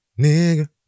nigga